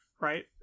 Right